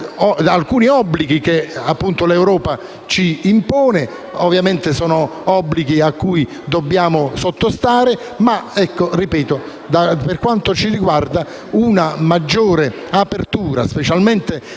alcuni obblighi che l'Europa ci impone. Ovviamente, sono obblighi a cui dobbiamo sottostare, ma - ripeto - per quanto ci riguarda, una maggiore apertura, specialmente